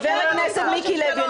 חבר הכנסת מיקי לוי,